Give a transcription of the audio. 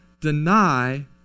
deny